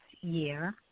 year